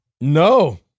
No